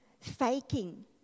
faking